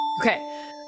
okay